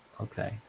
okay